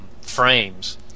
frames